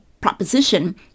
proposition